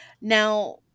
Now